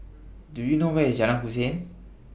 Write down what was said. Do YOU know Where IS Jalan Hussein